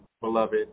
beloved